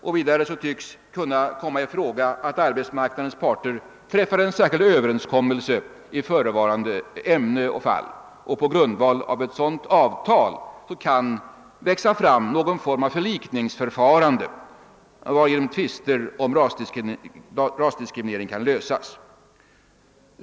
Likaså tycks det kunna komma i fråga att arbetsmarknadens parter träffar särskild överenskommelse i förevarande ämne och fall, och på grundval av ett sådant avtal kan det sedan växa fram någon form av förlikningsförfarande, varigenom tvister om rasdiskriminering kan lösas.